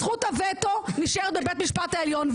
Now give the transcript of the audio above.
זכות הווטו נשארת בבית המשפט העליון.